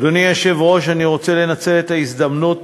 אדוני היושב-ראש, אני רוצה לנצל את ההזדמנות